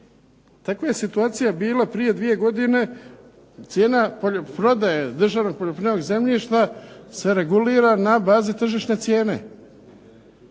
Takva je situacija bila prije dvije godine cijena prodaje državnog poljoprivrednog zemljišta se regulira na bazi tržišne cijene.